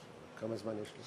כמה זמן יש לי?